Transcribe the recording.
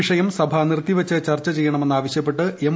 വിഷയം സഭ നിർത്തിവച്ച് ചർച്ച ചെയ്യണമെന്ന് ആവശ്യപ്പെട്ട് എം